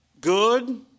good